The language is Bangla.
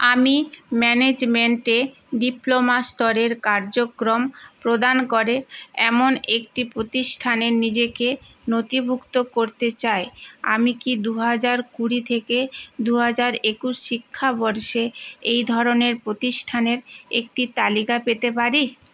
আমি ম্যানেজমেন্টে ডিপ্লোমা স্তরের কার্যক্রম প্রদান করে এমন একটি প্রতিষ্ঠানে নিজেকে নথিভুক্ত করতে চাই আমি কি দু হাজার কুড়ি থেকে দু হাজার একুশ শিক্ষাবর্ষে এই ধরনের প্রতিষ্ঠানের একটি তালিকা পেতে পারি